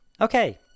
Okay